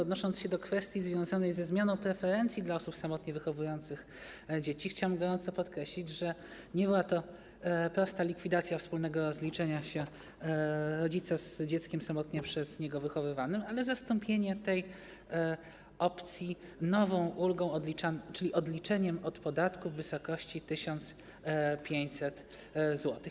Odnosząc się do kwestii związanej ze zmianą preferencji dla osób samotnie wychowujących dzieci, chciałbym gorąco podkreślić, że nie była to prosta likwidacja wspólnego rozliczenia się rodzica z dzieckiem samotnie przez niego wychowywanym, ale zastąpienie tej opcji nową ulgą, czyli odliczeniem od podatku w wysokości 1500 zł.